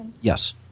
Yes